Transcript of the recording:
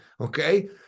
Okay